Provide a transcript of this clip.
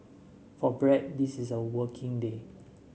for Brad this is a working day